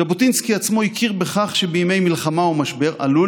ז'בוטינסקי עצמו הכיר בכך שבימי מלחמה ומשבר עלול